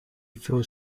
feels